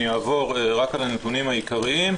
אני אעבור רק על הנתונים העיקריים,